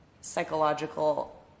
psychological